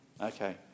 Okay